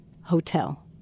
hotel